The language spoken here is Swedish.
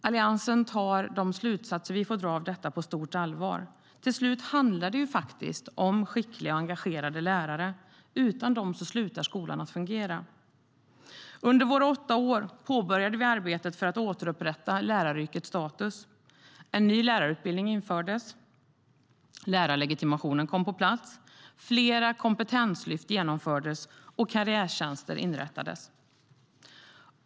Alliansen tar slutsatserna på stort allvar. Till slut handlar det faktiskt om skickliga och engagerade lärare. Utan dem slutar skolan att fungera. Under våra åtta år påbörjade vi arbetet med att återupprätta läraryrkets status. En ny lärarutbildning infördes, lärarlegitimationen kom på plats, flera kompetenslyft genomfördes och karriärtjänster inrättades.